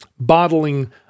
bottling